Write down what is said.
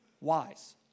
wise